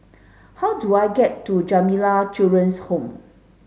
how do I get to Jamiyah Children's Home